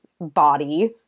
body